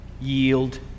yield